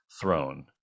throne